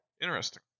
interesting